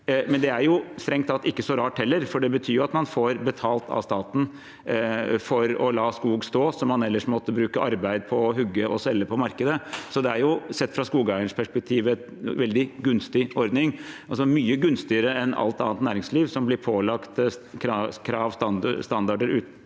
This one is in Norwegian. Men det er strengt tatt heller ikke så rart, for det betyr jo at man får betalt av staten for å la skog som man ellers hadde måttet bruke arbeid på å hugge og selge på markedet, stå. Så det er, sett fra skogeiernes perspektiv, en veldig gunstig ordning, altså mye gunstigere enn alt annet næringsliv som blir pålagt kravstandarder,